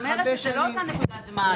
זאת לא אותה נקודת זמן.